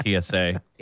TSA